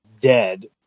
dead